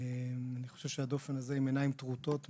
אני חושב שהדופן הזה עם עיניים טרוטות מהלילה.